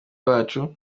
bacu